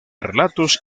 relatos